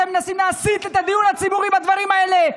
אתם מנסים להסיט את הדיון הציבורי לדברים האלה.